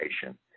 patient